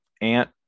Ant